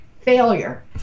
failure